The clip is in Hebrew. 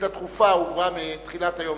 ששאילתא דחופה הועברה מתחילת היום